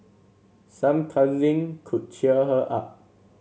some cuddling could cheer her up